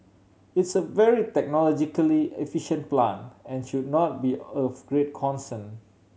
it's a very technologically efficient plant and should not be of great concern